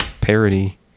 parody